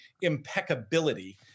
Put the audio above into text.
impeccability